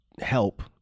help